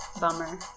Bummer